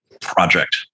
project